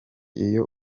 iyo